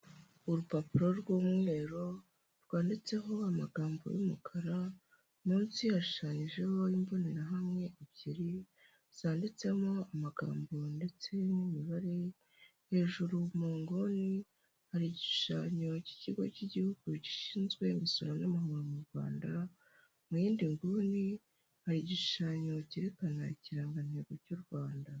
Urupapuro rw'umweru rwanditseho amagambo y'umukara, munsi hashushanyijeho imbonerahamwe ebyiri, zanditsemo amagambo ndetse n'imibare, hejuru mu nguni hari igishushanyo cy'ikigo cy'igihugu gishinzwe imisoro n'amahoro mu Rwanda, mu yindi nguni hari igishushanyo cyerekana ikirangantego cy'u Rwanda.